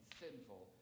sinful